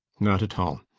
not at all.